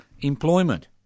employment